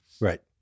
Right